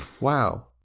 Wow